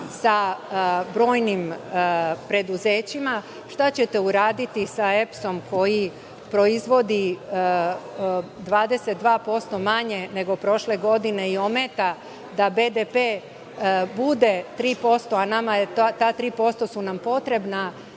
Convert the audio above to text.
sa brojnim preduzećima? Šta ćete uraditi sa EPS koji proizvodi 22% manje nego prošle godine i ometa da BDP bude 3%, a nama su ta 3% potrebna